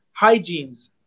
hygienes